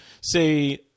Say